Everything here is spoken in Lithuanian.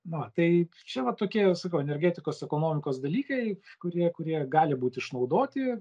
na va tai čia va tokie sakau energetikos ekonomikos dalykai kurie kurie gali būt išnaudoti